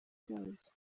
cyazo